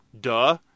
Duh